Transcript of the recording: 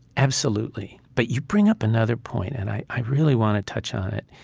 absolutely but you bring up another point, and i i really want to touch on it.